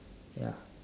ya